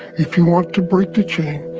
if you want to break the chain,